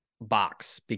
box